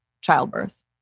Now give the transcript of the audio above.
childbirth